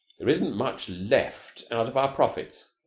there isn't much left out of our profits.